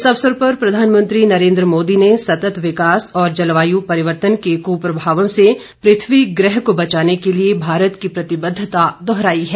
इस अवसर पर प्रधानमंत्री नरेन्द्र मोदी ने सतत विकास और जलवायु परिवर्तन के कुप्रभावों से पृथ्वी ग्रह को बचाने के लिए भारत की प्रतिबद्धता दोहराई है